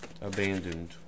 Abandoned